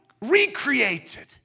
recreated